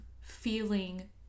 feeling